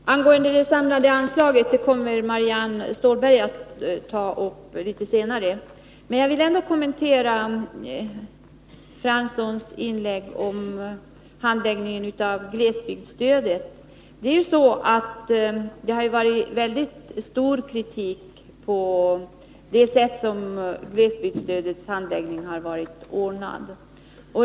Fru talman! Frågan om det samlade anslaget kommer Marianne Stålberg att ta upp litet senare i debatten. Jag vill ändå kommentera Arne Franssons inlägg om handläggningen av glesbygdsstödet. Hård kritik har ju riktats mot det sätt på vilket handläggningen av glesbygdsstödet har varit ordnad.